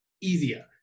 easier